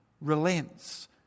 relents